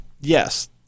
yes